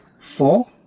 Four